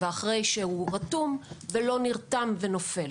ואחרי שהוא רתום ולא נופל.